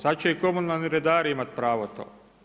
Sad će i komunalni redari imati pravo to.